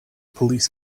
police